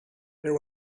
there